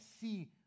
see